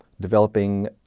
developing